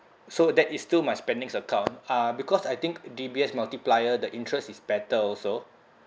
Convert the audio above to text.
so that is still my spendings account uh because I think D_B_S multiplier the interest is better also